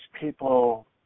people –